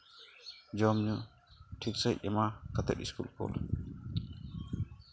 ᱡᱚᱢ ᱧᱩ ᱴᱷᱤᱠ ᱥᱟᱺᱦᱤᱡ ᱮᱢᱟ ᱠᱟᱛᱮᱫ ᱤᱥᱠᱩᱞ ᱠᱩᱞ